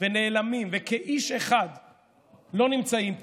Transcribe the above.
ונעלמים וכאיש אחד לא נמצאים פה.